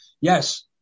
Yes